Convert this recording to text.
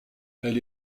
elle